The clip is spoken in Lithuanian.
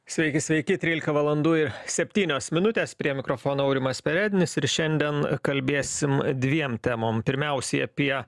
sveiki sveiki trylika valandų septynios minutės prie mikrofono aurimas perednis ir šiandien kalbėsim dviem temom pirmiausiai apie